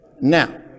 Now